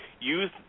use